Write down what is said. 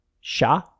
Sha